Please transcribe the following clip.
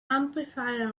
amplifier